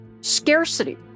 scarcity